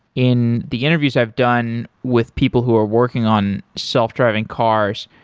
in the interviews i've done with people who are working on self-driving cars,